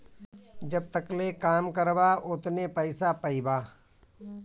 जब तकले काम करबा ओतने पइसा पइबा